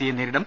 സിയെ നേരിടും